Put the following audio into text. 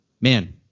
man